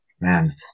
man